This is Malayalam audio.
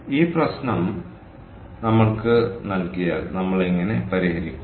ഈ പ്രശ്നം നമ്മൾക്ക് നൽകിയാൽ നമ്മൾ എങ്ങനെ പരിഹരിക്കും